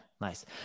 nice